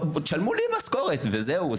שלמו לי משכורת וזהו,